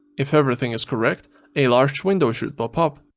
if everything is correct a large window should pop up.